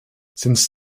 since